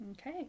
okay